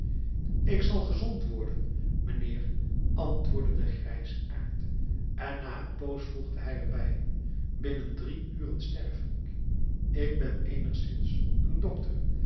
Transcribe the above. ik zal gezond worden mijnheer antwoordde de grijsaard en na een poos voegde hij er bij binnen drie uren sterf ik ik ben eenigszins een dokter